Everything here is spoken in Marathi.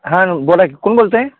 हां बोला कोण बोलताय